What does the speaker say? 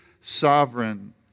sovereign